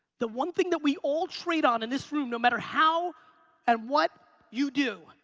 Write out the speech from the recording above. the one thing that we all trade on in this room, no matter how and what you do,